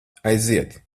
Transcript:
aiziet